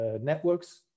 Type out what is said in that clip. networks